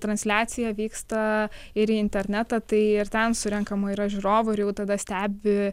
transliacija vyksta ir į internetą tai ir ten surenkama yra žiūrovų ir jau tada stebi